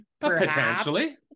Potentially